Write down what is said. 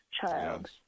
child